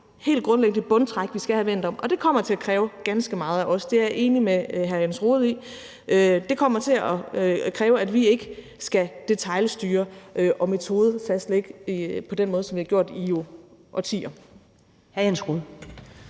helt grundlæggende bundtræk, vi skal have vendt om, og det kommer til at kræve ganske meget af os – det er jeg enig med hr. Jens Rohde i. Det kommer til at kræve, at vi ikke skal detailstyre og metodefastlægge på den måde, som vi har gjort i årtier.